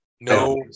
No